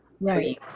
Right